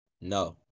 No